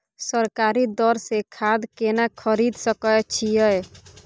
सरकारी दर से खाद केना खरीद सकै छिये?